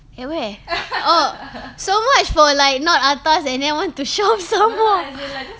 at where oh so much for like not atas and then want to shop some more